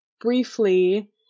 briefly